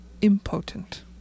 impotent